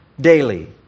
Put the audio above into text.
daily